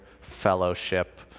fellowship